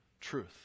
Truth